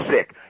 sick